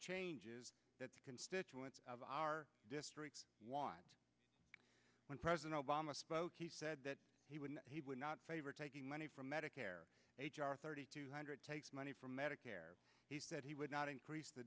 changes that the constituents of our district was when president obama spoke he said that he would he would not favor taking money from medicare h r thirty two hundred takes money from medicare he said he would not increase the